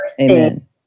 Amen